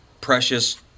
precious